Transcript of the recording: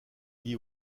lié